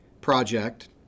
project